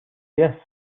yes